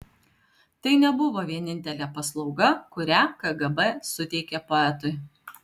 tai nebuvo vienintelė paslauga kurią kgb suteikė poetui